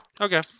Okay